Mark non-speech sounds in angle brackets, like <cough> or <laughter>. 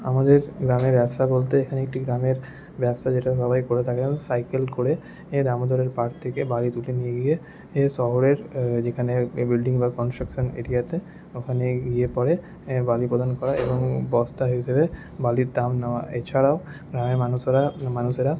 আমাদের গ্রামে ব্যবসা বলতে এখানে একটি গ্রামের ব্যবসা যেটা সবাই করে থাকেন সাইকেল করে <unintelligible> আমাদের ওই পার্ক থেকে বালি তুলে নিয়ে গিয়ে এ শহরের যেখানে বিল্ডিং বা কন্সট্রাকশান এরিয়াতে ওখানে গিয়ে পরে বালি প্রদান করা এবং বস্তা হিসেবে বালির দাম নেওয়া এছাড়াও গ্রামের মানুষরা মানুষেরা